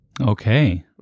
Okay